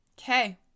Okay